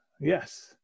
yes